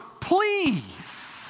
please